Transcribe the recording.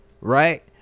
right